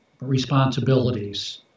responsibilities